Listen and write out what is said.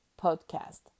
podcast